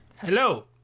Hello